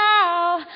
now